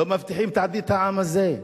לא מבטיחים את עתיד העם הזה,